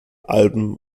alben